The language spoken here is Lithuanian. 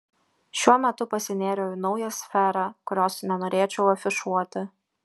šiuo metu pasinėriau į naują sferą kurios nenorėčiau afišuoti